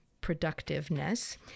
productiveness